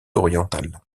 oriental